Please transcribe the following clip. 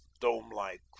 dome-like